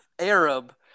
Arab